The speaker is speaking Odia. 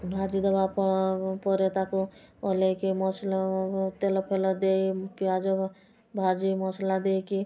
ଭାଜି ଦେବା ଆପଣ ପରେ ତାକୁ ଭଲକି ମସଲା ତେଲ ଫେଲ ଦେଇ ପିଆଜ ଭାଜି ମସଲା ଦେଇକି